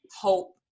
hope